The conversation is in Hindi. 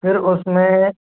फिर उसमें